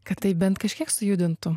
kad taip bent kažkiek sujudintų